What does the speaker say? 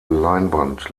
leinwand